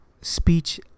speech